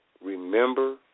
remember